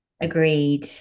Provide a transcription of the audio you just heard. agreed